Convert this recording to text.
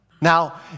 Now